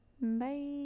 Bye